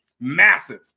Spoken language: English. massive